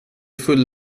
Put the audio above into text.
full